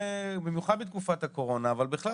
במיוחד בתקופת הקורונה אבל בכלל.